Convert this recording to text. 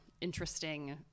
interesting